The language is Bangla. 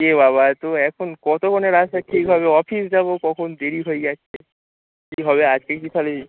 এ বাবা এতো এখন কতক্ষণে রাস্তা ঠিক হবে অফিস যাবো কখন দেরি হয়ে যাচ্ছে কী হবে আজকে কী তাহলে